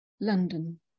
London